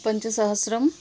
पञ्चसहस्रम्